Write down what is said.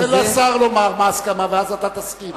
תן לשר לומר מה ההסכמה, ואז אתה תסכים.